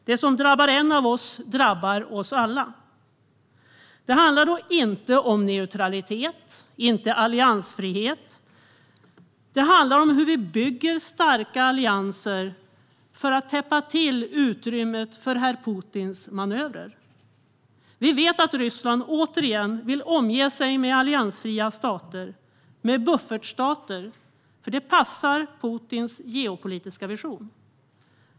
Det som drabbar en av oss drabbar oss alla. Det handlar då inte om neutralitet eller alliansfrihet. Det handlar om hur vi bygger starka allianser för att täppa till utrymmet för herr Putins manövrer. Vi vet att Ryssland återigen vill omge sig med alliansfria stater, med buffertstater, för det passar Putins geopolitiska vision.